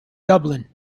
dublin